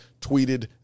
tweeted